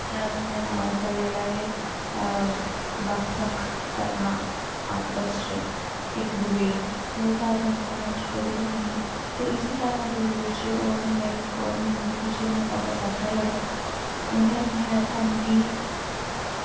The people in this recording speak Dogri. धर्म दे नांऽ पर जेह्ड़ा एह् बक्ख बक्ख करना आपस च इक दुए गी ओह् धारणा उं'दे मन च कदें बी नेईं ही ते इस्सै धारणा दी ब'जा शा ओह् अपनी लाइफ ओह् अपनी जिंदगी च इन्ने जैदा सफल होए उ'नें अपने हर कम्म गी